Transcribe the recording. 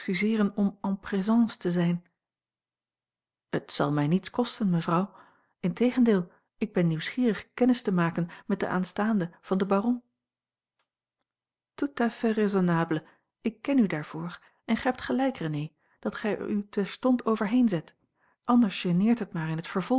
om en présence te zijn het zal mij niets kosten mevrouw integendeel ik ben nieuwsgierig kennis te maken met de aanstaande van den baron tout à fait raisonnable ik ken u daarvoor en gij hebt gelijk renée dat gij er u terstond overheen zet anders geneert het maar in het vervolg